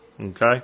Okay